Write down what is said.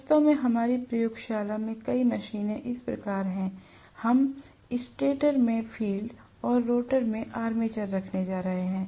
वास्तव में हमारी प्रयोगशाला में कई मशीनें इस प्रकार हैं हम स्टेटर में फ़ील्ड और रोटर में आर्मेचर रखने जा रहे हैं